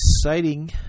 exciting